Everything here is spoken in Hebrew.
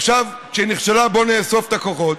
עכשיו, כשהיא נכשלה, בואו נאסוף את הכוחות,